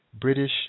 British